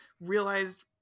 realized